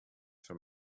from